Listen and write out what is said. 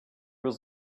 was